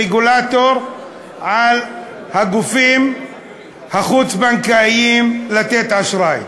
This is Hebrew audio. רגולטור על הגופים החוץ-בנקאיים למתן אשראי.